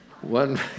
one